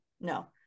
No